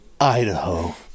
idaho